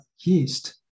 yeast